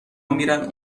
میرن